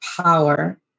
power